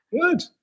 good